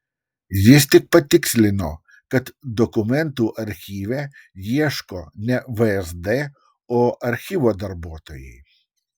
jis tik patikslino kad dokumentų archyve ieško ne vsd o archyvo darbuotojai